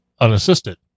unassisted